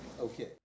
okay